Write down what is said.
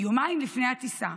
יומיים לפני הטיסה,